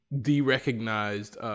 de-recognized